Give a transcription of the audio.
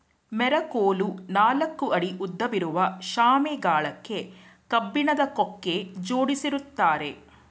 ಮೆರಕೋಲು ನಾಲ್ಕು ಅಡಿ ಉದ್ದವಿರುವ ಶಾಮೆ ಗಳಕ್ಕೆ ಕಬ್ಬಿಣದ ಕೊಕ್ಕೆ ಜೋಡಿಸಿರ್ತ್ತಾರೆ